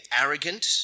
arrogant